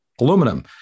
aluminum